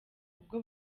ubwo